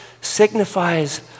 signifies